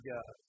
God